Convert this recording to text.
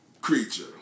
creature